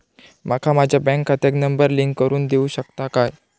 माका माझ्या बँक खात्याक नंबर लिंक करून देऊ शकता काय?